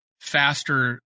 faster